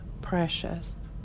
precious